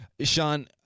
Sean